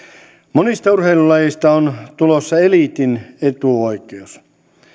monista urheilulajeista on tulossa eliitin etuoikeus